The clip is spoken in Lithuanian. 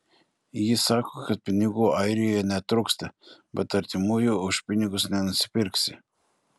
ji sako kad pinigų airijoje netrūksta bet artimųjų už pinigus nenusipirksi